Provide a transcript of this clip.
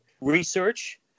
research